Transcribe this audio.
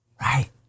right